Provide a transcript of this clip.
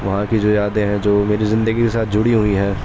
وہاں کی جو یادیں ہیں جو میری زندگی کے ساتھ جڑی ہوئی ہیں